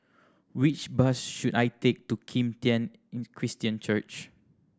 which bus should I take to Kim Tian Christian Church